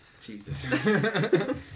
Jesus